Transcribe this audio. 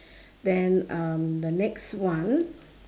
then um the next one